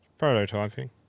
Prototyping